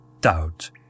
doubt